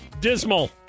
Dismal